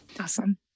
Awesome